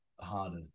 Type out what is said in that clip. harder